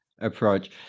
approach